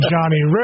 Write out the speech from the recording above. Johnny